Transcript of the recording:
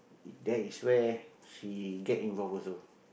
that is where she get involved also